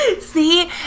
See